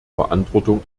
beantwortung